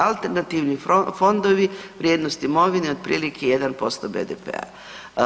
Alternativni fondovi, vrijednost imovine otprilike 1% BDP-a.